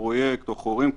בפרויקט או חורים,